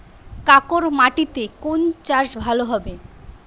কাঁকর মাটিতে কোন চাষ ভালো হবে?